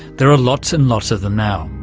there are lots and lots of them now.